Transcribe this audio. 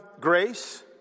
grace